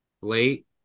late